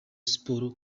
siporo